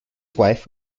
wife